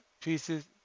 pieces